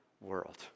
world